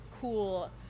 cool